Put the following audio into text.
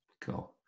Cool